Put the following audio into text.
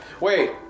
Wait